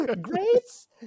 grace